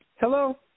Hello